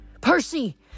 Percy